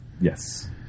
Yes